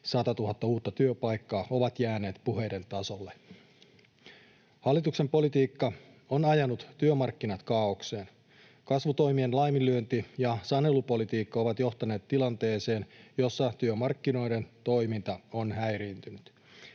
100 000 uutta työpaikkaa ovat jääneet puheiden tasolle. Hallituksen politiikka on ajanut työmarkkinat kaaokseen. Kasvutoimien laiminlyönti ja sanelupolitiikka ovat johtaneet tilanteeseen, jossa työmarkkinoiden toiminta on häiriintynyt.